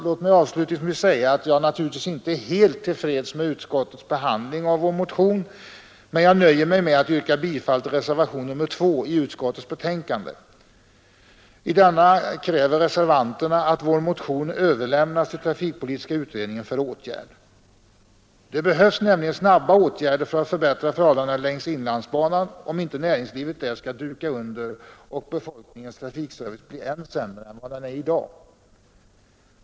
Låt mig avslutningsvis säga att jag naturligtvis inte är helt tillfreds med utskottets behandling av vår motion, men jag nöjer mig med att yrka bifall till reservationen 2 till utskottets betänkande. Reservanterna där kräver att vår motion överlämnas till trafikpolitiska utredningen för åtgärd. Det krävs nämligen snabba åtgärder för att förbättra förhållandena längs inlandsbanan, om inte näringslivet där skall duka under och befolkningens trafikservice skall bli än sämre än den är i dag.